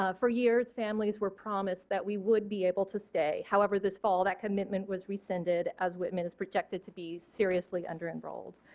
ah for years families were promised that we would be able to stay however this fall that commitment was rescinded as whitman is projected to be seriously under enrolled.